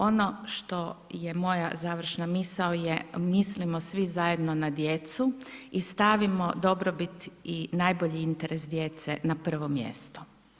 Ono što je moja završna misao je mislimo svi zajedno na djecu i stavimo dobrobit i najbolji interes djece na prvo mjesto.